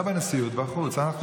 לא בנשיאות, בחוץ.